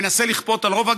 מנסה לכפות על רוב,